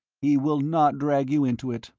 he will not drag you into it,